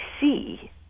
see